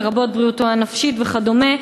לרבות בריאותו הנפשית וכדומה,